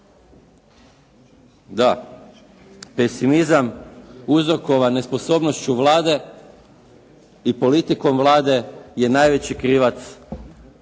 Da, pesimizam uzrokovan nesposobnošću Vlade i politikom Vlade je najveći krivac